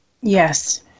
yes